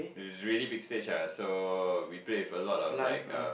it's really big stage ah so we play with a lot like a